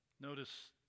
Notice